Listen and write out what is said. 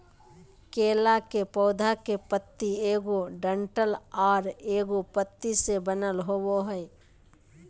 केला के पौधा के पत्ति एगो डंठल आर एगो पत्ति से बनल होबो हइ